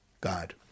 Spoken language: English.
God